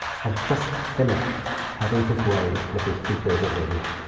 had just finished having his way with his two favorite ladies.